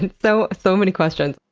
good. so so many questions!